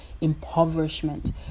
impoverishment